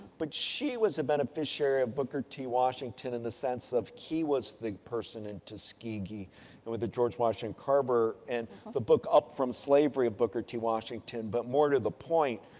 but she was the beneficiary of booker t washington in the sense of he was the person and tuskegee and with the george washington carver and the book up from slavery of booker t washington. but, more to the point,